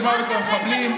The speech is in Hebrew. עונש מוות למחבלים,